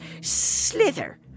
slither